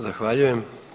Zahvaljujem.